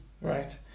Right